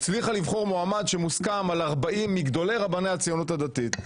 הצליחה לבחור מועמד שמוסכם על 40 מגדולי רבני הציונות הדתית,